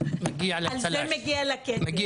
מגיע לה צל"ש.